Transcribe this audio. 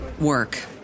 work